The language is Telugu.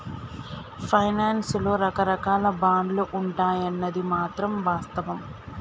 ఫైనాన్స్ లో రకరాకాల బాండ్లు ఉంటాయన్నది మాత్రం వాస్తవం